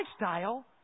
lifestyle